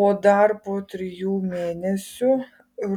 o dar po trijų mėnesių